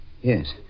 Yes